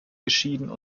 geschieden